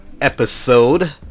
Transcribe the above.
episode